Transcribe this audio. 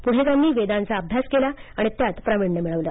पुढे त्यांनी वेदांचा अभ्यास केला आणि त्यांत प्रावीण्य मिळवलं